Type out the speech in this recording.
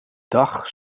dag